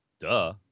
Duh